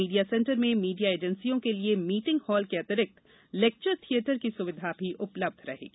media centre में media एजेंसियों के लिये मीटिंग हॉल के अतिरिक्त लेक्चर थियेटर की सुविधा भी उपलब्ध रहेगी